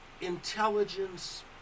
intelligence